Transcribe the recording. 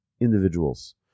individuals